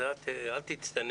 אז אל תצטנע.